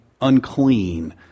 unclean